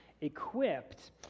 Equipped